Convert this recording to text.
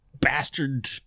bastard